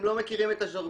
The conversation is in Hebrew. הם לא מכירים את הז'רגון,